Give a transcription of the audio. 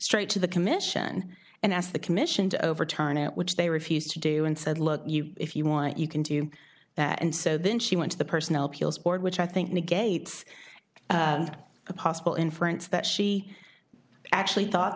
straight to the commission and asked the commission to overturn it which they refused to do and said look if you want you can do that and so then she went to the personnel appeals board which i think negates a possible inference that she actually thought